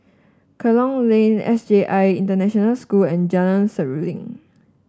Kerong Lane S J I International School and Jalan Seruling